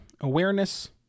awareness